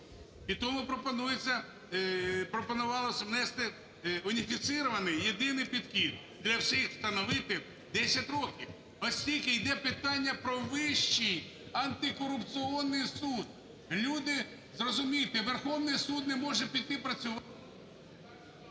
І тому пропонувалося внести уніфікований, єдиний підхід: для всіх встановити 10 років, оскільки йде питання про Вищий антикорупційний суд. Люди, зрозумійте, Верховний Суд не може піти працювати…